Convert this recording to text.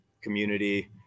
community